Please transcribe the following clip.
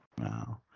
wow